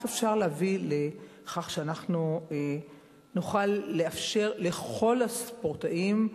איך אפשר להביא לכך שאנחנו נוכל לאפשר לכל הספורטאים,